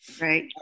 Right